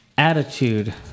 attitude